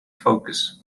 focus